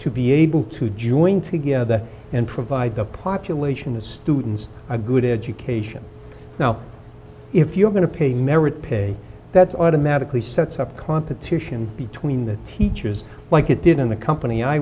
to be able to join together and provide the population the students a good education now if you're going to pay merit pay that's automatically sets up climb petition between the teachers like it did in the company i